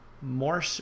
more